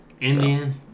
Indian